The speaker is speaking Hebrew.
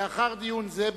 לאחר דיון זה,